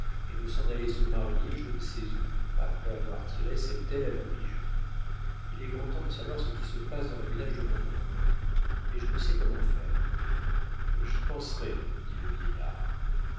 et de s'en aller se marier je ne sais où après avoir tiré cette aile à leur pigeon il est grand temps de savoir ce qui se passe dans le ménage de mon oncle mais je ne sais comment faire j'y penserai dit le vieillard